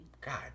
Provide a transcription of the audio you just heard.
God